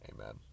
amen